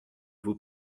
vos